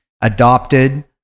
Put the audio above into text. adopted